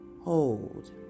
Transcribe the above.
Hold